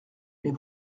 mais